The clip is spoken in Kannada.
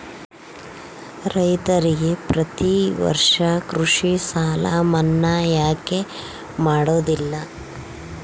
ರೈತರಿಗೆ ಪ್ರತಿ ವರ್ಷ ಕೃಷಿ ಸಾಲ ಮನ್ನಾ ಯಾಕೆ ಮಾಡೋದಿಲ್ಲ?